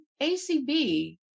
ACB